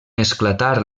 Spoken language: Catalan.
esclatar